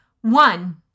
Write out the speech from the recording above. One